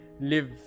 live